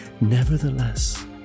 Nevertheless